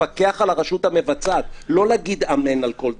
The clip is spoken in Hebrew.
לפקח על הרשות המבצעת, לא להגיד אמן על כל דבר.